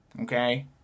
Okay